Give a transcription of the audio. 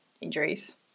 injuries